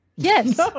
Yes